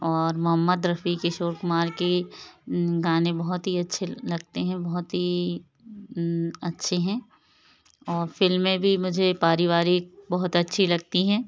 और मोहम्मद रफी किशोर कुमार की गाने बहुत ही अच्छे लगते हैं बहुत ही अच्छे है और फ़िल्में भी मुझे पारिवारिक बहुत अच्छी लगती है